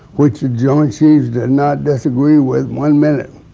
which the joint chiefs did not disagree with one minute,